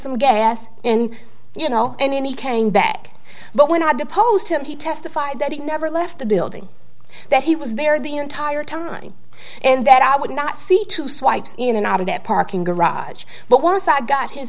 some gas and you know and then he came back but when i had to post him he testified that he never left the building that he was there the entire time and that i would not see two swipes in and out of that parking garage but once i got his